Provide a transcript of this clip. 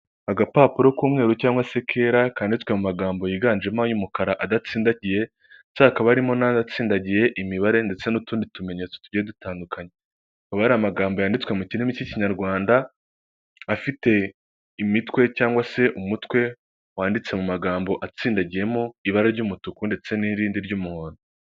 Agapapuro k'umweru cyangwa se kera kandiditswe amagambo yiganjemo y'umukara adatsindagiye, ndetse hakaba harimo n'atsindagiye imibare ndetse n'utundi tumenyetso tugiye dutandukanye, akaba ari amagambo yanditswe mu kirimi cy'Ikinyarwanda, afite imitwe cyangwa se umutwe wanditse mu magambo atsindagiyemo ibara ry'umutuku ndetse n'irindi ry'umuhondo.